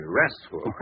restful